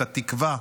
את התקווה,